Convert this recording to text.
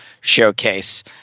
showcase